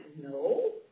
No